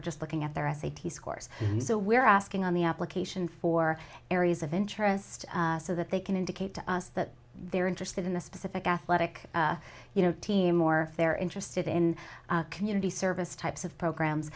or just looking at their s a t scores so we're asking on the application for areas of interest so that they can indicate to us that they're interested in the specific athletic you know team or they're interested in community service types of programs